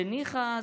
ניחא,